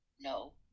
No